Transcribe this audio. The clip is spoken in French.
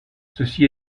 ceci